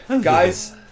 Guys